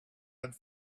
had